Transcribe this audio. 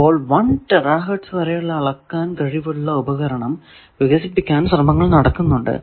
ഇപ്പോൾ 1 terahertz വരെ അളക്കാൻ കഴിവുള്ള ഉപകരണം വികസിപ്പിക്കാൻ ശ്രമങ്ങൾ നടക്കുന്നുണ്ട്